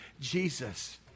Jesus